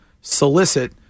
solicit